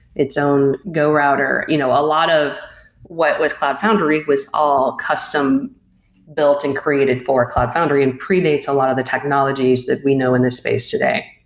its own go router. you know a lot of what was cloud foundry was all custom built and created for cloud foundry and predates a lot of the technologies that we know in this space today.